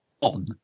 on